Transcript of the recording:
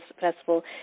festival